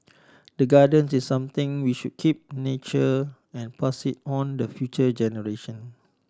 the gardens is something we should keep nurture and pass on the future generation